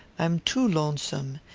i'm too lonesome.